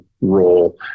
role